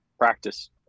practice